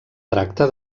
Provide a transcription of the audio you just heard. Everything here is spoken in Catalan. tracta